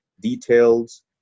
details